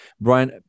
Brian